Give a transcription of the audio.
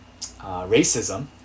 racism